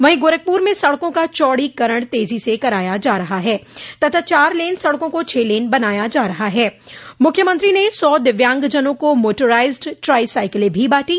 वहीं गोरखपुर में सड़कों का चौड़ीकरण तेजी से कराया जा रहा है तथा चार लेन सड़कों को छह लेन मुख्यमंत्री ने सौ दिव्यांगजनों को मोटराइज टाई साइकिल भी बांटी